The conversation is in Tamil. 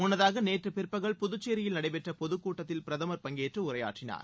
முன்னதாக நேற்று பிற்பகல் புதுச்சேரியில் நடைபெற்ற பொதுக்கூட்டத்தில் பிரதமர் பங்கேற்று உரையாற்றினார்